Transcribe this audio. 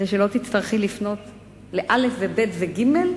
כדי שלא תצטרכי לפנות לא', ב' וג',